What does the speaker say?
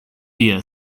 via